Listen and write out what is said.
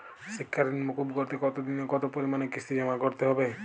শিক্ষার ঋণ মুকুব করতে কতোদিনে ও কতো পরিমাণে কিস্তি জমা করতে হবে?